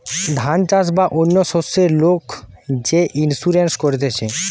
ধান চাষ বা অন্য শস্যের লোক যে ইন্সুরেন্স করতিছে